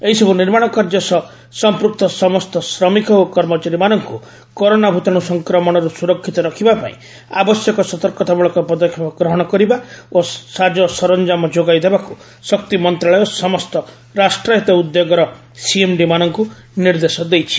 ଏହିସବୁ ନିର୍ମାଣ କାର୍ଯ୍ୟ ସହ ସମ୍ପୃକ୍ତ ସମସ୍ତ ଶ୍ରମିକ ଓ କର୍ମଚାରୀମାନଙ୍କୁ କରୋନା ଭୂତାଣୁ ସଂକ୍ରମଣରୁ ସୁରକ୍ଷିତ ରଖିବା ପାଇଁ ଆବଶ୍ୟକ ସତର୍କତାମ୍ବଳକ ପଦକ୍ଷେପ ଗ୍ରହଣ କରିବା ଓ ସାଜସରଞ୍ଜାମ ଯୋଗାଇ ଦେବାକୁ ଶକ୍ତି ମନ୍ତ୍ରଣାଳୟ ସମସ୍ତ ରାଷ୍ଟ୍ରାୟତ୍ତ ଉଦ୍ୟୋଗର ସିଏମ୍ଡିମାନଙ୍କୁ ନିର୍ଦ୍ଦେଶ ଦେଇଛି